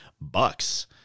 Bucks